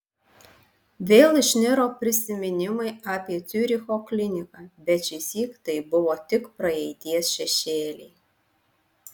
vėl išniro prisiminimai apie ciuricho kliniką bet šįsyk tai buvo tik praeities šešėliai